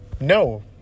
No